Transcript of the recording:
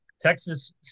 Texas